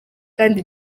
kandi